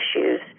issues